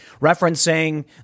referencing